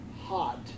hot